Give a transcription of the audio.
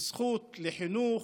זכות לחינוך,